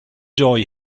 joy